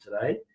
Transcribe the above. today